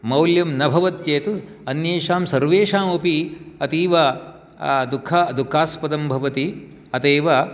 मौल्यं न भवत्येत् अन्येषां सर्वेषाम् अपि अतीव दुःखा दुःखास्पदं भवति अतः एव